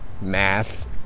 math